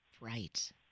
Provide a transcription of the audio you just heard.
Right